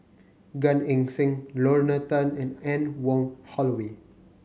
Gan Eng Seng Lorna Tan and Anne Wong Holloway